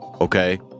okay